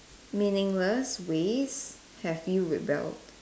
meaningless ways have you rebelled